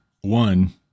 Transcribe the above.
One